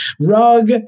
rug